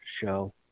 show